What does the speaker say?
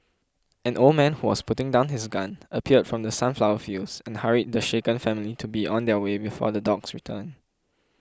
an old man who was putting down his gun appeared from the sunflower fields and hurried the shaken family to be on their way before the dogs return